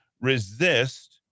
resist